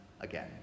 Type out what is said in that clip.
again